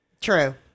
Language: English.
True